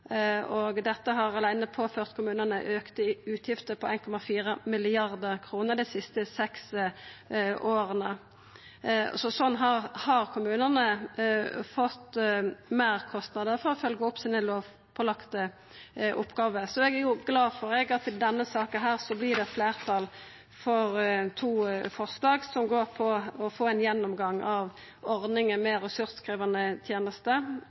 Dette har aleine påført kommunane auka utgifter på 1,4 mrd. kr dei siste seks åra. Så slik har kommunane fått meirkostnader for å følgja opp sine lovpålagte oppgåver. Eg er glad for at det i denne saka vert fleirtal for to forslag som går ut på å få ein gjennomgang av ordninga med ressurskrevjande tenester